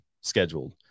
scheduled